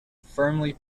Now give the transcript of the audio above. firmly